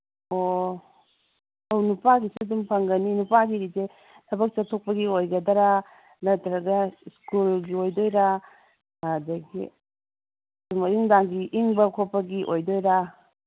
ꯑꯣ ꯑꯧ ꯅꯨꯄꯥꯁꯤꯁꯨ ꯑꯗꯨꯝ ꯐꯪꯒꯅꯤ ꯅꯨꯄꯥꯒꯤꯁꯦ ꯊꯕꯛ ꯆꯠꯊꯣꯛꯄꯒꯤ ꯑꯣꯏꯒꯗꯔ ꯅꯠꯇ꯭ꯔꯒ ꯁ꯭ꯀꯨꯜꯒꯤ ꯑꯣꯏꯗꯣꯏꯔꯥ ꯑꯗꯒꯤ ꯁꯨꯝ ꯑꯌꯨꯛ ꯅꯨꯡꯗꯥꯡꯒꯤ ꯏꯪꯕ ꯈꯣꯠꯄꯒꯤ ꯑꯣꯏꯗꯣꯏꯔꯥ